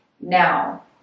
Now